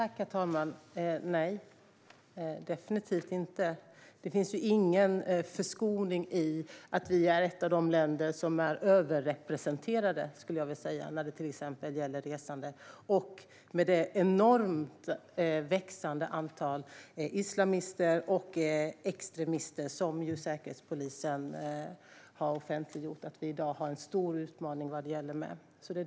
Herr talman! Nej, det gör jag definitivt inte. Det finns ingen förskoning i att vi är ett av de länder som är överrepresenterade, skulle jag vilja säga, när det till exempel gäller resande och med det enormt växande antalet islamister och extremister. Säkerhetspolisen har offentliggjort att vi i dag har en stor utmaning när det gäller detta.